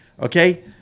Okay